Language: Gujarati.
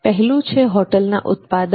પહેલું છે હોટલના ઉત્પાદનો